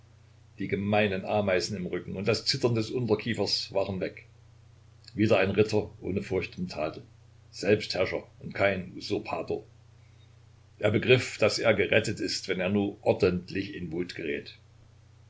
die gemeinen ameisen im rücken und das zittern des unterkiefers waren weg wieder ein ritter ohne furcht und tadel selbstherrscher und kein usurpator er begriff daß er gerettet ist wenn er nur ordentlich in wut gerät